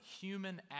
human